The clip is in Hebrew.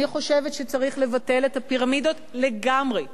אני חושבת שצריך לבטל את הפירמידות לגמרי.